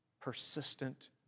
persistent